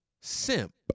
SIMP